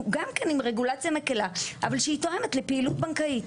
גם כן עם רגולציה רגילה אבל שהיא תואמת לפעילות בנקאית.